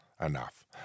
Enough